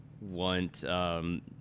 want